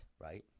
right